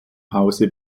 hause